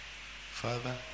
Father